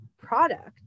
product